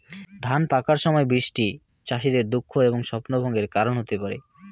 ধান পাকার সময় বৃষ্টি চাষীদের দুঃখ এবং স্বপ্নভঙ্গের কারণ হতে পারে